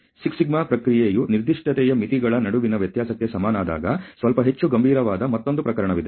6σ ಪ್ರಕ್ರಿಯೆಯು ನಿರ್ದಿಷ್ಟತೆಯ ಮಿತಿಗಳ ನಡುವಿನ ವ್ಯತ್ಯಾಸಕ್ಕೆ ಸಮನಾದಾಗ ಸ್ವಲ್ಪ ಹೆಚ್ಚು ಗಂಭೀರವಾದ ಮತ್ತೊಂದು ಪ್ರಕರಣವಿದೆ